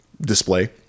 display